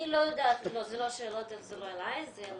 אני לא יודעת, זה לא השאלות, זה לא אליי, זה אל